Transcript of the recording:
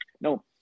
no